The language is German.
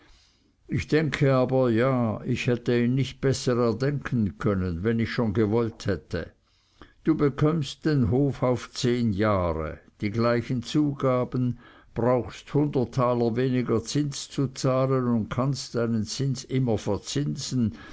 ich denke aber ja ich hätte ihn mir nicht besser erdenken können wenn ich schon gewollt hätte du bekömmst den hof auf zehn jahre die gleichen zugaben brauchst hundert taler weniger zins zu zahlen und kannst einen zins immer verzinsen